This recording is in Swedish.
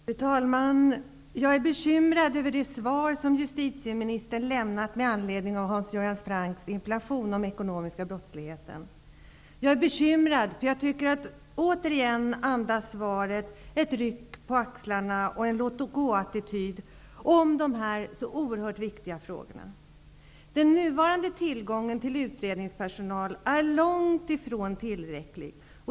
Fru talman! Jag är bekymrad över det svar som justitieministern har lämnat med anledning av Jag är bekymrad, eftersom svaret återigen andas ett ryck på axlarna och en låt-gå-attityd när det gäller dessa oerhört viktiga frågor. Den nuvarande tillgången till utredningspersonal är långt ifrån tillräcklig.